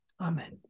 Amen